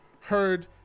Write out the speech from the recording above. heard